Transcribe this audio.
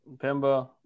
Pemba